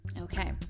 Okay